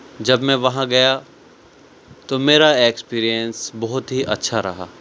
جب میں وہاں گیا تو میرا ایکسپرینس بہت ہی اچھا رہا